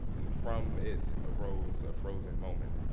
and from it arose a frozen moment.